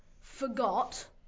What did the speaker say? forgot